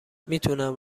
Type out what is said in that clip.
میتونم